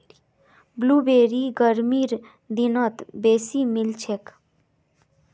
blueberry गर्मीर दिनत बेसी मिलछेक